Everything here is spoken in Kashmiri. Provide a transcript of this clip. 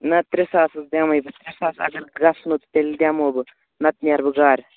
نہ ترٛےٚ ساس حظ دِمَے بہٕ ترٛےٚ ساس اگر گژھنو تہٕ تیٚلہِ دِمو بہٕ نتہٕ نیرٕ بہٕ گرٕ